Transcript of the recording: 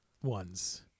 ones